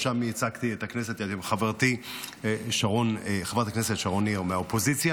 שם ייצגתי את הכנסת עם חברתי חברת הכנסת שרון ניר מהאופוזיציה.